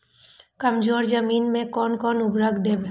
कमजोर जमीन में कोन कोन उर्वरक देब?